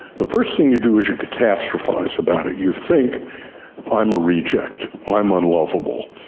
the first thing you do is you catastrophise about it. you think i'm a reject, i'm unlovable.